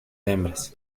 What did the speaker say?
hembras